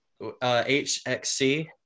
hxc